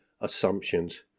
assumptions